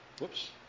Whoops